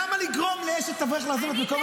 אל תביא לי תירוצים.